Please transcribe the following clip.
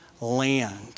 land